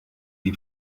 die